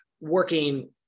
working